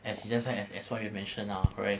as just now as what you've mentioned lah correct